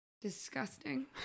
Disgusting